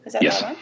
Yes